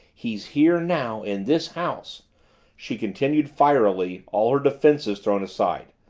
he's here, now, in this house she continued fierily, all her defenses thrown aside.